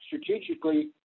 strategically